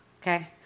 okay